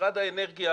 ומשרד האנרגיה